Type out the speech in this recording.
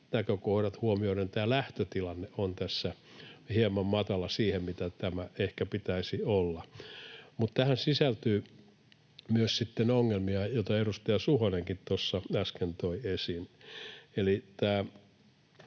näkökohdat huomioiden tämä lähtötilanne on tässä hieman matala suhteessa siihen, mitä tämän ehkä pitäisi olla. Mutta tähän sisältyy myös sitten ongelmia, joita edustaja Suhonenkin tuossa äsken toi esiin.